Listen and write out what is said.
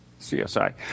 CSI